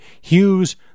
Hughes